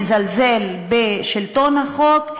מזלזל בשלטון החוק,